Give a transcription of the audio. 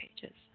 pages